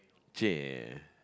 !chey!